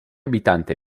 abitanti